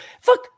fuck